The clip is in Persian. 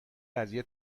قضیه